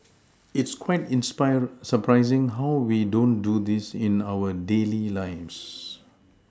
it's quite inspire surprising how we don't do this in our daily lives